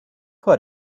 put